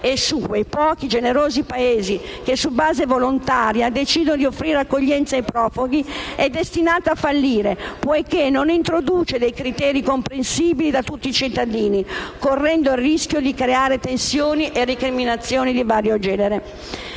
e su quei pochi, generosi Paesi che, su base volontaria, decidono di offrire accoglienza ai profughi, è destinata a fallire poiché non introduce criteri comprensibili da tutti i cittadini, correndo il rischio di creare tensioni e recriminazioni di vario genere.